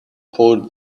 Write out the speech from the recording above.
pulled